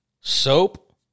soap